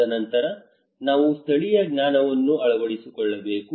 ತದನಂತರ ನಾವು ಸ್ಥಳೀಯ ಜ್ಞಾನವನ್ನು ಅಳವಡಿಸಿಕೊಳ್ಳಬೇಕು